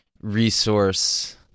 resource